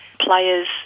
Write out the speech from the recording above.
players